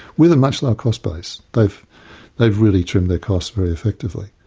with a much lower cost base they've they've really trimmed their costs very effectively.